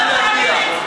לאן להגיע,